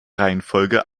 reihenfolge